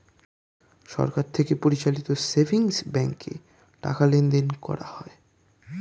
সরকার থেকে পরিচালিত সেভিংস ব্যাঙ্কে টাকা লেনদেন করা হয়